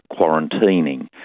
quarantining